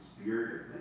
spirit